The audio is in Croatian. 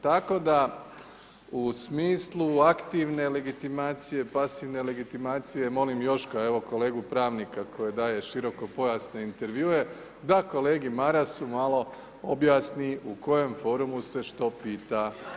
Tako da u smislu aktivne legitimacije, pasivne legitimacije, molim Joška, evo kolegu pravnika koji daje širokopojasne intervjue da kolegi Marasu malo objasni u kojem forumu se što pita.